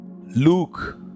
Luke